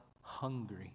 hungry